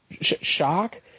shock